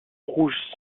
rouge